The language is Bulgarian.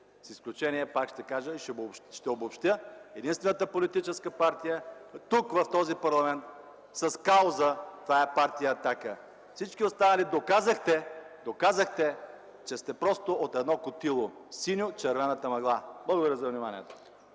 с изключение, пак ще кажа и ще обобщя, единствената политическа партия тук, в този парламент, с кауза това е партия „Атака”. Всички останали доказахте, че сте просто от едно котило – синьо-червената мъгла. Благодаря за вниманието.